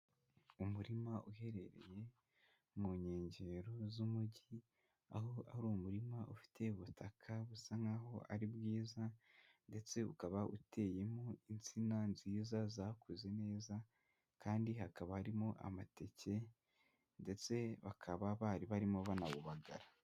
Umurima uherereye mu nkengero z'umujyi, aho ari umurima ufite ubutaka busa nk'aho ari bwiza ndetse ukaba uteyemo insina nziza zakuze neza kandi hakaba harimo amateke ndetse bakaba bari barimo banawubagara.